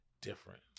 different